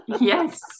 yes